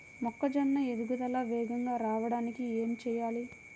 మొక్కజోన్న ఎదుగుదల వేగంగా రావడానికి ఏమి చెయ్యాలి?